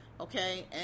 okay